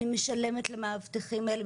אני משלמת למאבטחים האלה,